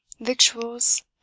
victuals